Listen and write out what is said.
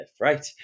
right